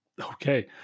Okay